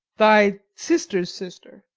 thy sister's sister.